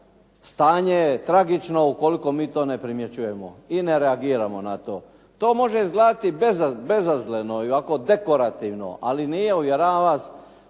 stanje je tragično ukoliko mi to ne primjećujemo i ne reagiramo na to. To može izgledati bezazleno i ovako dekorativno, ali nije uvjeravam